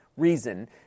Reason